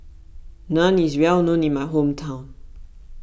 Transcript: Naan is well known in my hometown